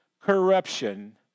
corruption